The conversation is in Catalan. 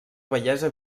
bellesa